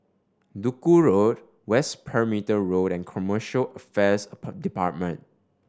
Duku Road West Perimeter Road and Commercial Affairs Department